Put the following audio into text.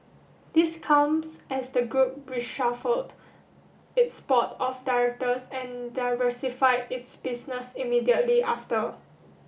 this comes as the group reshuffled its board of directors and diversified its business immediately after